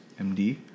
MD